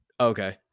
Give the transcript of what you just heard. okay